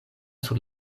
sur